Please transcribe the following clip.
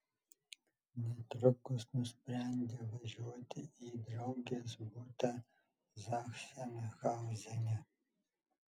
netrukus nusprendė važiuoti į draugės butą zachsenhauzene